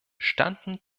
standen